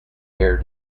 air